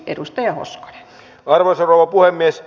arvoisa rouva puhemies